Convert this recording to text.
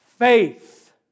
Faith